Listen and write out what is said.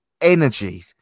energy